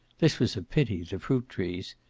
this was a pity, the fruit-trees.